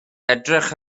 edrych